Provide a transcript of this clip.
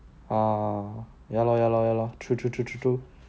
oh ya lor ya lor ya lor true true true true true